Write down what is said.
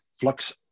flux